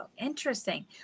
interesting